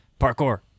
Parkour